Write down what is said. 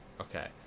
Okay